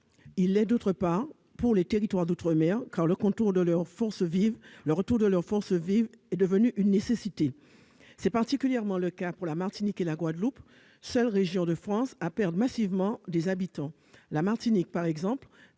il l'est, d'autre part, pour les territoires d'outre-mer, car le retour de leurs forces vives est devenu une nécessité. C'est particulièrement le cas pour la Martinique et la Guadeloupe, seules régions de France à perdre massivement des habitants. La Martinique, par exemple,